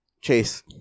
Chase